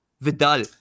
Vidal